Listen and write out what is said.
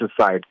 side